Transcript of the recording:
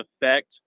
effect